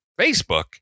Facebook